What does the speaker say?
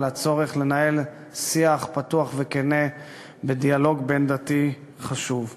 ובצורך לנהל שיח פתוח וכן בדיאלוג בין-דתי חשוב.